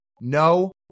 no